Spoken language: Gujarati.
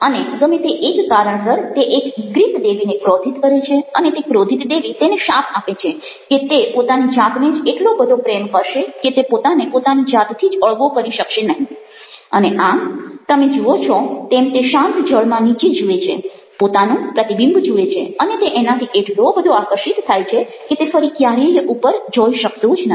અને ગમે તે એક કારણસર તે એક ગ્રીક દેવીને ક્રોધિત કરે છે અને તે ક્રોધિત દેવી તેને શાપ આપે છે કે તે પોતાની જાતને જ એટલો બધો પ્રેમ કરશો કે તે પોતાને પોતાની જાતથી જ અળગો કરી શકશે નહિ અને આમ તમે જુઓ છો તેમ તે શાંત જળમાં નીચે જુએ છે પોતાનું પ્રતિબિંબ જુએ છે અને તે એનાથી એટલો બધો આકર્શિત થાય છે કે તે ફરી ક્યારેય ઉપર જોઈ શકતો જ નથી